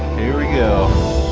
here we go!